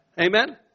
Amen